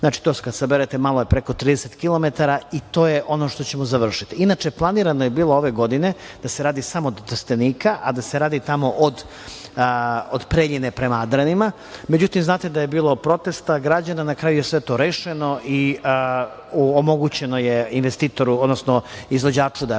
Znači, to kada saberete malo je preko 30 kilometara i to je ono što ćemo završiti. Inače, planirano je bilo ove godine da se radi samo od Trstenika, a da se radi tamo od Preljine prema Adranima. Međutim, znate da je bilo protesta građana. Na kraju je sve to rešeno i omogućeno je investitoru, odnosno izvođaču da radi,